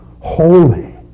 holy